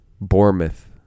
Bournemouth